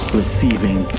receiving